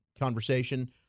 conversation